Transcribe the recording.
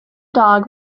dog